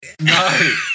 No